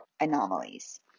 anomalies